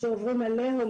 שעוברת עליהום.